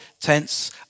tents